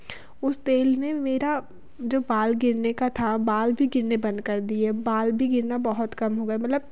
उस तेल ने मेरा जो बाल गिरने का था बाल भी गिरने बंद कर दिए बाल भी गिरना बहुत कम हो गया मतलब